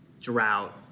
drought